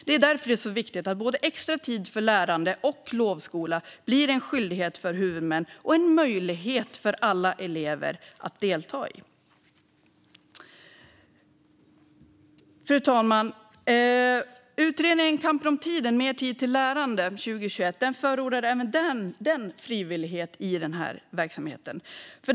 Det är därför som det är så viktigt att både extra tid för lärande och lovskola blir en skyldighet för huvudmän och en möjlighet för alla elever att delta i. Fru talman! Utredningen Kampen om tiden - mer tid till lärande 2021 förordar även den frivillighet i den här verksamheten.